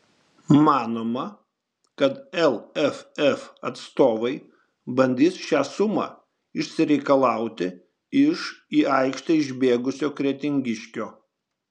manoma kad lff atstovai bandys šią sumą išsireikalauti iš į aikštę išbėgusio kretingiškio